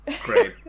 Great